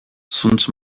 zuntz